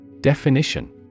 Definition